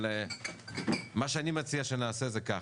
אבל מה שאני מציע שנעשה זה כך,